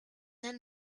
then